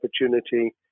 opportunity